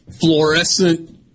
fluorescent